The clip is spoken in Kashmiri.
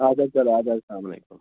اَدٕ حظ چلو اَدٕ حظ سلامُ علیکُم